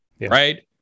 right